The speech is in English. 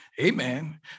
Amen